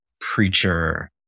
preacher